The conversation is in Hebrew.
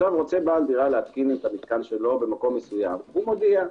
רוצה בעל הדירה להתקין את המתקן שלו במקום מסוים - הוא מודיע.